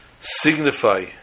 signify